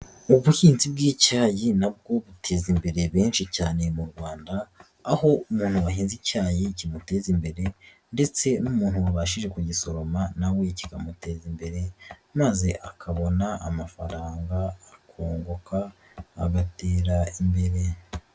Ubuhinzi bw'icyayi nabwo buteza imbere benshi cyane mu Rwanda, aho umuntu wahinze icyayi kimuteza imbere ndetse n'umuntu wabashije kugisoroma na we kikamuteza imbere maze akabona amafaranga akunguka agatera imbere.